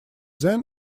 then